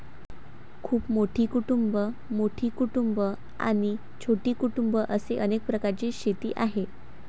खूप मोठी कुटुंबं, मोठी कुटुंबं आणि छोटी कुटुंबं असे अनेक प्रकारची शेती आहे